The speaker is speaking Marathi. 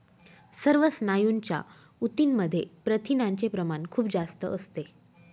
सर्व स्नायूंच्या ऊतींमध्ये प्रथिनांचे प्रमाण खूप जास्त असते